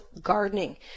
gardening